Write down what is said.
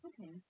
Okay